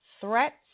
threats